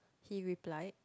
he replied